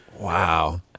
Wow